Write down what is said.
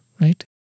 Right